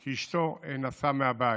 כי אשתו נסעה מהבית.